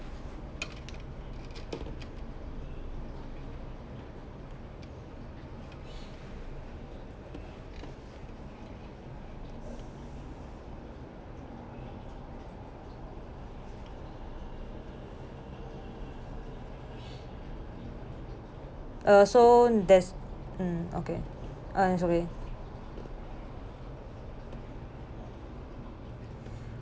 uh so there's um okay ah it's okay